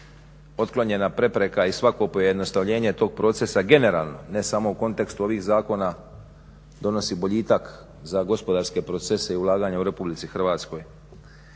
otklonjena prepreka i svako pojednostavljenje tog procesa generalno ne samo u kontekstu ovih zakona donosi boljitak za gospodarske procese i ulaganja u RH. isto tako